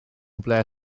ble